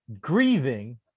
grieving